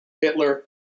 Hitler